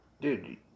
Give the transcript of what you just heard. dude